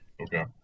Okay